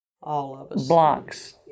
blocks